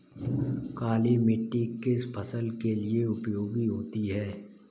काली मिट्टी किस फसल के लिए उपयोगी होती है?